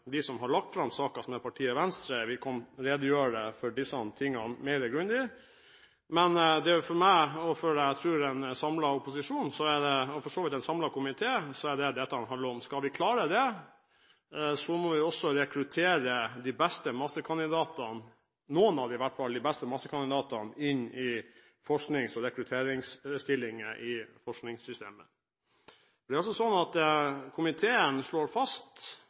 de som har lagt fram saken, partiet Venstre, vil redegjøre grundigere for disse tingene. Men for meg, for en samlet opposisjon, tror jeg, og for så vidt for en samlet komité er det dette det handler om. Skal vi klare det, må vi rekruttere de beste masterkandidatene – i hvert fall noen av de beste masterkandidatene – inn i forsknings- og rekrutteringsstillinger i forskningssystemet. Komiteen slår fast at man støtter seg på forskning som viser at